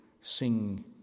sing